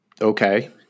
Okay